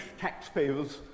taxpayers